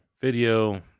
video